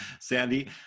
Sandy